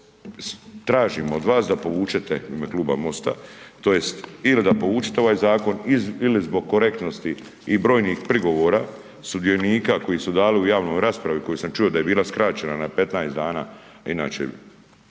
je, tražim od vas da povučete u ime Kluba MOST-a tj. ili da povučete ovaj zakon ili zbog korektnosti i brojnih prigovora sudionika koji su dali u javnoj raspravi koji sam čuo da je bila skraćena na 15 dana inače